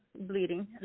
bleeding